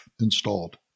installed